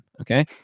okay